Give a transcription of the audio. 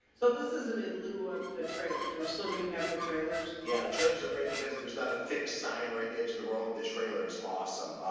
so this is an in lieu of the trailers. we're still going to have the trailers. yeah the trailers are great because if there's not a fixed sign right at the edge of the road, the trailers awesome.